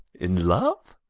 in love?